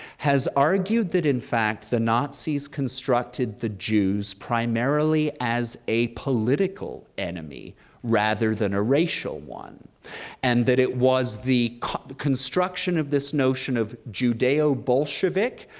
has argued that in fact the nazis constructed the jews primarily as a political enemy rather than a racial one and that it was the the construction of this notion of judeo-bolshevik,